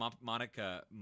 Monica